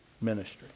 ministry